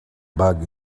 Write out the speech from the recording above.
bug